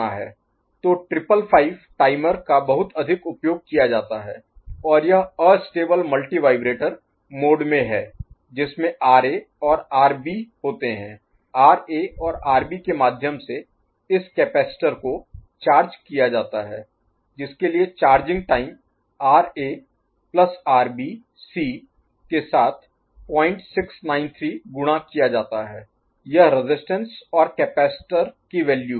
तो triple five timer का बहुत अधिक उपयोग किया जाता है और यह अस्टेबल मल्टी वाइब्रेटर मोड में है जिसमें आरए और आरबी होते हैं आरए और आरबी के माध्यम से इस कैपेसिटर को चार्ज किया जाता है जिसके लिए charging time RA plus RB RARB के साथ 0693 गुणा किया जाता है यह रेजिस्टेंस और कैपेसिटर की वैल्यू है